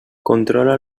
controla